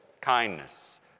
kindness